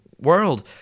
world